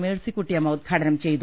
മേഴ്സികുട്ടിയമ്മ ഉദ്ഘാടനം ചെയ്തു